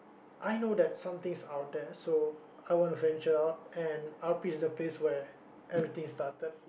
I know that some things out there so I wanna venture out and R_P's the place where everything started